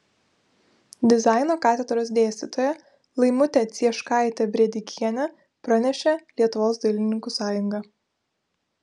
dizaino katedros dėstytoja laimutė cieškaitė brėdikienė pranešė lietuvos dailininkų sąjunga